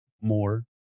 more